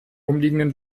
umliegenden